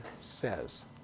says